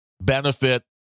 benefit